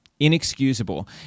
inexcusable